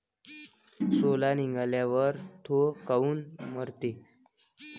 सोला निघाल्यावर थो काऊन मरते?